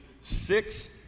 six